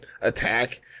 attack